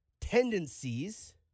tendencies